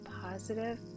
positive